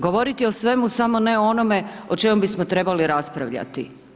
Govoriti o svemu samo ne o onome o čemu bismo trebali raspravljati.